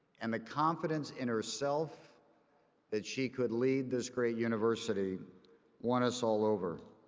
and the confidence in herself that she could leave this great university won us all over.